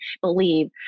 believe